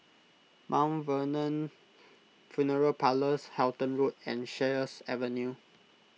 Mount Vernon funeral Parlours Halton Road and Sheares Avenue